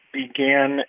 began